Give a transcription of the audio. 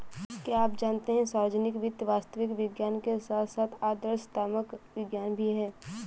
क्या आप जानते है सार्वजनिक वित्त वास्तविक विज्ञान के साथ साथ आदर्शात्मक विज्ञान भी है?